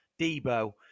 Debo